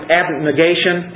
abnegation